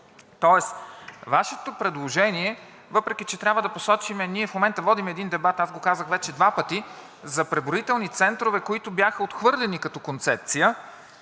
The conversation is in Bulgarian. Тоест Вашето предложение, въпреки че трябва да посочим, ние в момента водим един дебат, аз го казах вече два пъти, за преброителни центрове, които бяха отхвърлени като концепция.